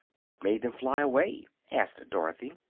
what made them fly away? asked dorothy.